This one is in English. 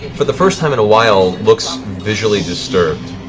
for the first time in a while, looks visually disturbed.